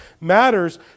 matters